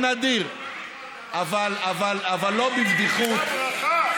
אבל לא בבדיחות,